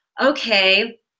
Okay